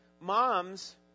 Moms